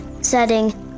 setting